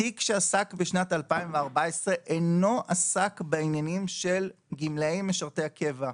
התיק שעסק בשנת 2014 אינו עסק בעניינים של גמלאי משרתי הקבע.